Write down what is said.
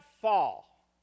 fall